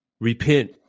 repent